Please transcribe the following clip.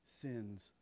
sins